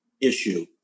issue